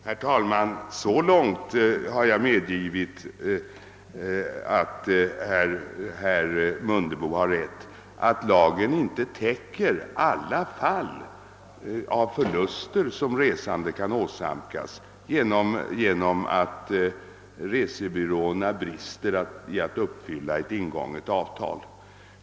Herr talman! Så långt har jag medgivit att herr Mundebo har rätt som att lagen inte täcker alla fall av förluster som resande kan åsamkas genom att resebyråerna brister i att uppfylla eit ingånget avtal.